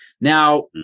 Now